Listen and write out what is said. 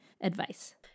advice